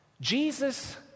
Jesus